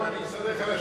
אני אאסור עליך לשבת,